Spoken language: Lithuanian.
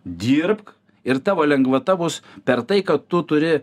dirbk ir tavo lengvata bus per tai kad tu turi